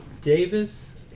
Davis